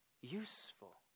useful